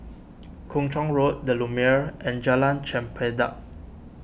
Kung Chong Road the Lumiere and Jalan Chempedak